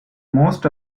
most